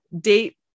date